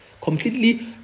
completely